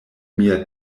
mia